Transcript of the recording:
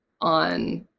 on